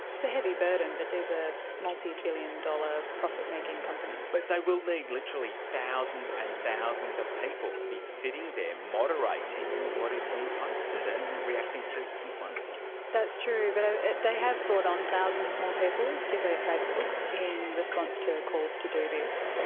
it's a heavy burden, but these are ah multibillion dollar profit making companies. but they will need literally thousands and thousands of people to be sitting there moderating what is being posted and reacting to complaints. that's true, but ah they have brought on thousands more people, particularly at facebook, in response to calls to do this.